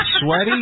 sweaty